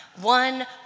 one